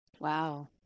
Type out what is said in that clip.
wow